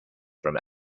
from